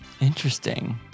Interesting